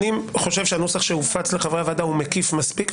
אני חושב שהנוסח שהופץ לחברי הוועדה הוא מקיף מספיק,